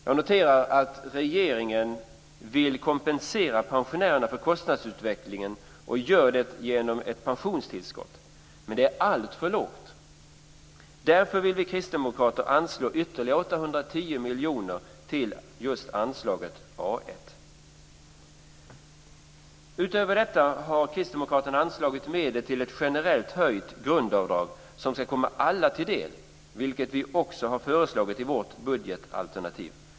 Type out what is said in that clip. Jag noterar att regeringen vill kompensera pensionärerna för kostnadsutvecklingen och gör det genom ett pensionstillskott. Men det är alltför lågt. Därför vill vi kristdemokrater anslå ytterligare 810 miljoner kronor till just anslaget A1. Utöver detta har vi kristdemokrater i vårt budgetalternativ anslagit medel till ett generellt höjt grundavdrag som ska komma alla till del.